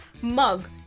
mug